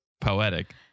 poetic